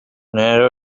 narrow